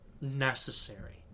necessary